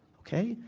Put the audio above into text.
okay?